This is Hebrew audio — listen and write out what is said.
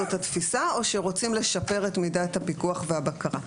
זאת התפיסה או שרוצים לשפר את מידת הפיקוח והבקרה?